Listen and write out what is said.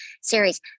series